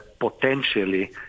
potentially